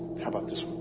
how about this